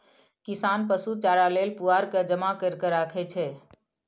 किसान पशु चारा लेल पुआर के जमा कैर के राखै छै